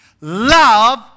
Love